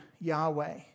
Yahweh